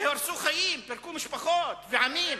שהרסו חיים, פירקו משפחות ועמים.